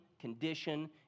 condition